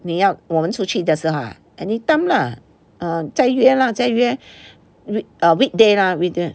你要我们出去的时候 ah anytime lah err 再约 lah 再约 weekday lah weekday